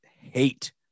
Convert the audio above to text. hate